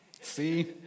see